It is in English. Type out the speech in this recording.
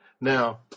Now